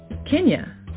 Kenya